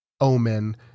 Omen